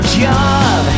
job